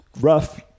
rough